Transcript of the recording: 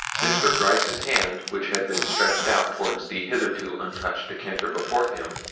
mr. gryce's hand which had been stretched out towards the hitherto untouched decanter before him,